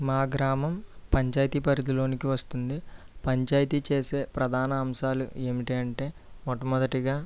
మా గ్రామం పంచాయితీ పరిధిలోనికి వస్తుంది పంచాయితీ చేసే ప్రధాన అంశాలు ఏమిటి అంటే మొట్టమొదటిగా